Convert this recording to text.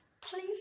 please